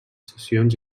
cessions